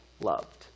loved